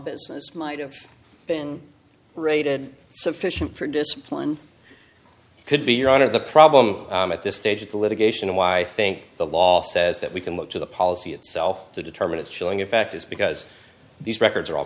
business might have been rated sufficient for discipline could be your honor the problem at this stage of the litigation why i think the law says that we can look to the policy itself to determine a chilling effect is because these records are all